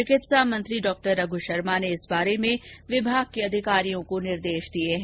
चिकित्सा मंत्री डॉ रघू शर्मा ने इस बारे में विभाग के अधिकारियों को निर्देश दिये हैं